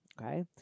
Okay